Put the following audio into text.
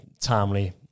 timely